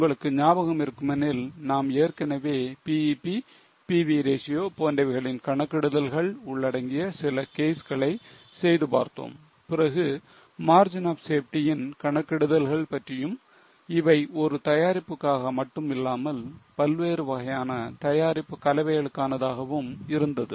உங்களுக்கு ஞாபகம் இருக்குமெனில் நாம் ஏற்கனவே BEP PV ratio போன்றவைகளின் கணக்கிடுதல்கள் உள்ளடங்கிய சில கேஸ்களை செய்து பார்த்தோம் பிறகு margin of safety ன் கணக்கிடுதல்கள் பற்றியும் இவை ஒரு தயாரிப்புக்காக மட்டும் இல்லாமல் பல்வேறு வகையான தயாரிப்பு கலவைகளுக்கானதாகவும் இருந்தது